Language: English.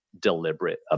deliberate